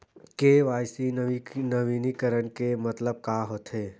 KYC नवीनीकरण के मतलब का होथे?